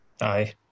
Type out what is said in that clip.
Aye